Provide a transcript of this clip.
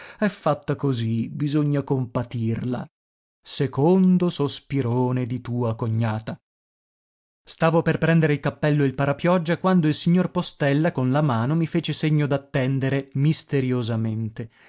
è fatta così bisogna compatirla secondo sospirone di tua cognata l'uomo solo luigi pirandello stavo per prendere il cappello e il parapioggia quando il signor postella con la mano mi fece segno d'attendere misteriosamente